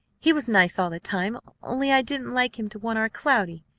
he was nice all the time only i didn't like him to want our cloudy.